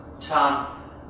Tom